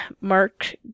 Mark